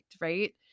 right